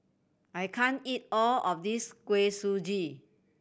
I can't eat all of this Kuih Suji